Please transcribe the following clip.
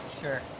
sure